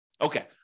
Okay